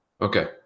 Okay